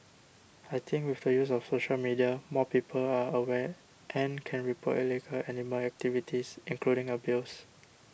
I think with the use of social media more people are aware and can report illegal animal activities including abuse